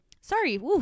Sorry